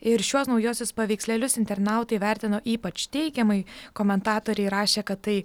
ir šiuos naujuosius paveikslėlius internautai vertino ypač teigiamai komentatoriai rašė kad tai